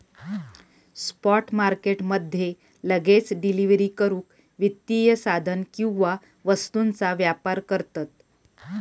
spot market मध्ये लगेच delivery करूक वित्तीय साधन किंवा वस्तूंचा व्यापार करतत